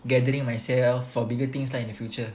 gathering myself for bigger things lah in the future